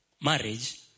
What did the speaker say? marriage